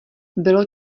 bylo